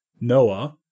Noah